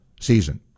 season